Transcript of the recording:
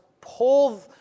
pull